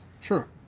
sure